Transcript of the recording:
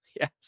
Yes